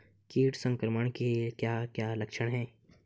कीट संक्रमण के क्या क्या लक्षण हैं?